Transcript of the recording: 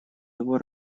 его